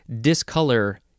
Discolor